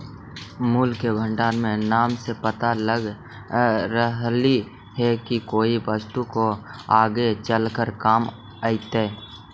मूल्य के भंडार नाम से पता लग रहलई हे की कोई वस्तु जो आगे चलकर काम अतई